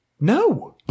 no